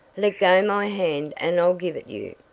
let go my hand and i'll give it you!